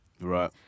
Right